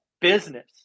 business